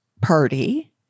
party